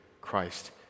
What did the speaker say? Christ